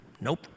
Nope